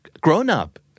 Grown-up